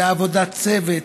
לעבודת צוות,